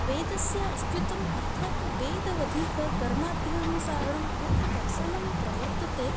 वेदस्य अस्तित्वम् अर्थात् वेदवदीत कर्माद्यानुसारणं यत् दर्शनं प्रवर्तते